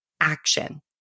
action